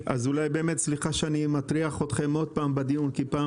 סליחה שאני מטריח אתכם שוב בדיון כי פעם